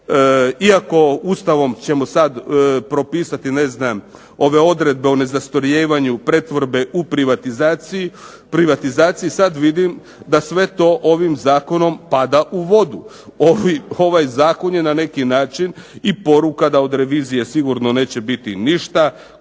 iako Ustavom ćemo sad propisati ne znam ove odredbe o nezastarijevanju pretvorbe u privatizaciji sad vidim da sve to ovim zakonom pada u vodu. Ovaj zakon je na neki način i poruka da od revizije sigurno neće biti ništa.